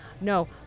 No